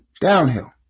downhill